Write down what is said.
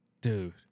Dude